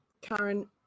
Karen